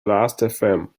lastfm